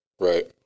Right